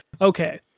okay